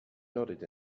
nodded